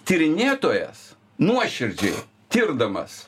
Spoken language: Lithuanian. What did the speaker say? tyrinėtojas nuoširdžiai tirdamas